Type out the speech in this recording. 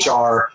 HR